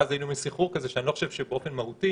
ואז היינו במין סחרור כזה שאני לא חושב שבאופן מהותי